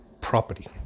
property